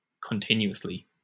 continuously